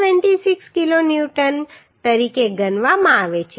26 kilonewton તરીકે ગણવામાં આવે છે